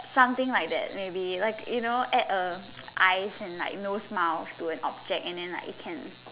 something like that maybe like you know add a eyes and like no smiles to an object and then like it can